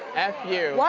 f you.